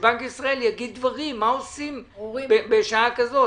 שבנק ישראל יגיד דברים ושיאמר מה עושים בשעה כזאת.